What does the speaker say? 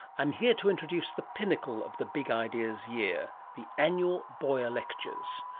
i'm here to introduce the pinnacle of the big ideas year the annual boyer lectures.